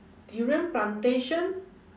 durian plantation